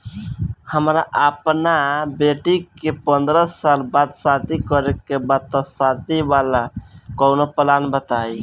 हमरा अपना बेटी के पंद्रह साल बाद शादी करे के बा त शादी वाला कऊनो प्लान बताई?